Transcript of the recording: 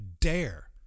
dare